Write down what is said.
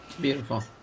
beautiful